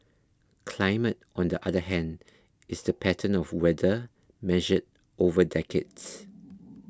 climate on the other hand is the pattern of weather measured over decades